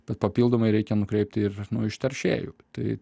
tad papildomai reikia nukreipti ir nu iš teršėjų tai